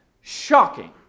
shocking